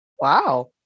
Wow